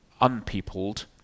unpeopled